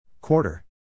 Quarter